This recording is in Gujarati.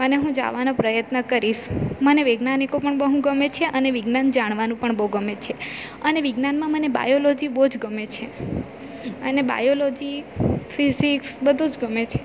અને હું જાવાનો પ્રયત્ન કરીશ મને વૈજ્ઞાનિકો પણ બહુ ગમે છે અને વિજ્ઞાન જાણવાનું પણ બહુ ગમે છે અને વિજ્ઞાનમાં મને બાયોલોજી બહુ જ ગમે છે અને બાયોલોજી ફિઝિક્સ બધું જ ગમે છે